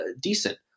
decent